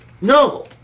no